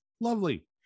lovely